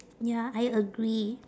ya I agree